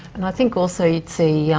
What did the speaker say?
and i think also you'd see, yeah